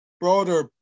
broader